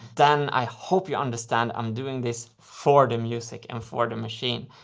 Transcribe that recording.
then i hope you understand i'm doing this for the music and for the machine.